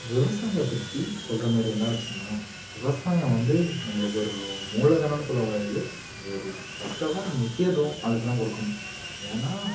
விவசாயி பற்றி சொல்கிற மாரி இருந்தால் வச்சிங்களேன் விவசாயம் வந்து நம்மளுக்கு ஒரு மூலதனனு சொல்லக்கூடாது அது அது ஒரு ஃபஸ்ட் ஆஃப் ஆல் முக்கியத்துவம் அதுக்கு தான் கொடுக்கணும் ஏன்னா